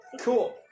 Cool